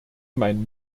mein